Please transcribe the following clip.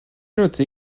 noter